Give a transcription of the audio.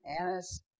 Annas